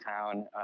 town